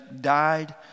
died